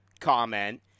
comment